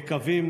יקבים,